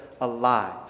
alive